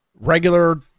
regular